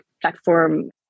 platform